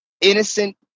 innocent